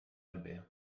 albert